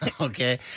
Okay